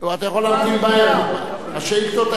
תהיה לחבר הכנסת פרץ גם תשובה בכתב,